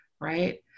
right